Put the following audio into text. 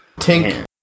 Tink